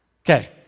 Okay